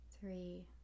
three